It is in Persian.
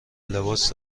لباس